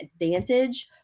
advantage